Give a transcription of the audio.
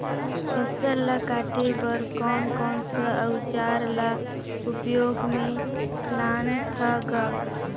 फसल ल काटे बर कौन कौन सा अउजार ल उपयोग में लानथा गा